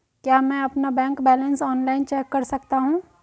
क्या मैं अपना बैंक बैलेंस ऑनलाइन चेक कर सकता हूँ?